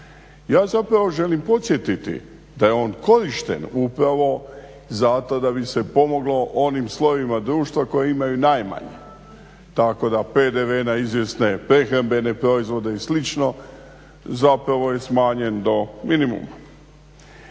ja zapravo želim podsjetiti da je on korišten upravo zato da bi se pomoglo onim slojevima društva koje imaju najmanje. Tako da PDV na izvjesne prehrambene proizvode i slično zapravo je smanjen do minimuma.